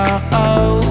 -oh